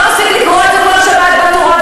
לא מספיק לקרוא את זה כל שבת בתורה,